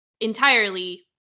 entirely